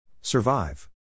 Survive